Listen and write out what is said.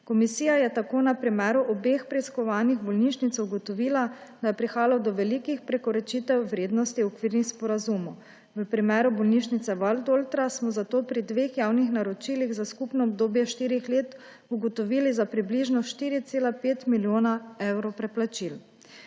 Komisija je tako na primeru obeh preiskovanih bolnišnic ugotovila, da je prihajalo do velikih prekoračitev vrednosti okvirnih sporazumov. V primeru bolnišnice Valdoltra smo zato pri dveh javnih naročilih za skupno obdobje štirih let ugotovili za približno 4,5 milijona evrov preplačil.